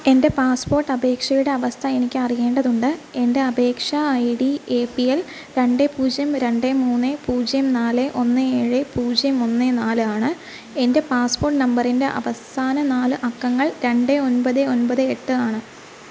എൻ്റെ പാസ്പോർട്ട് അപേക്ഷയുടെ അവസ്ഥ എനിക്ക് അറിയേണ്ടതുണ്ട് എൻ്റെ അപേക്ഷാ I D A P L രണ്ട് പൂജ്യം രണ്ട് മൂന്ന് പൂജ്യം നാല് ഒന്ന് ഏഴ് പൂജ്യം ഒന്ന് നാല് ആണ് എൻ്റെ പാസ്പോർട്ട് നമ്പറിൻ്റെ അവസാന നാല് അക്കങ്ങൾ രണ്ട് ഒമ്പത് ഒമ്പത് എട്ട് ആണ്